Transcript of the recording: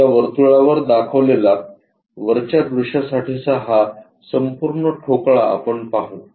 या वर्तुळावर दाखवलेला वरच्या दृश्यासाठीचा हा संपूर्ण ठोकळा आपण पाहू